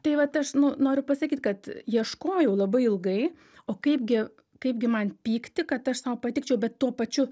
tai vat aš nu noriu pasakyt kad ieškojau labai ilgai o kaip gi kaip gi man pykti kad aš sau patikčiau bet tuo pačiu